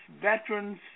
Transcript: veterans